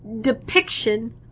depiction